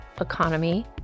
economy